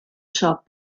shop